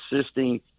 assisting